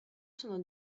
sono